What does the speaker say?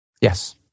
Yes